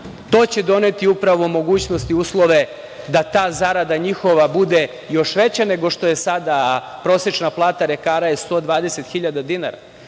to će doneti upravo mogućnost i uslove da ta njihova zarada bude još veća nego što je sada, a prosečna plata lekara je 120 hiljada dinara.